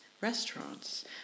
restaurants